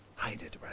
hide it